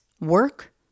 work